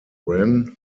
wren